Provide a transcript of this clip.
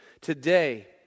Today